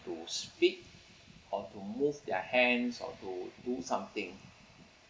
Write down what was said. to speak or to move their hands or to do something